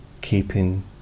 keeping